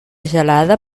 gelada